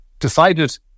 decided